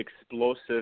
explosive